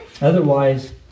Otherwise